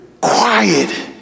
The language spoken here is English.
quiet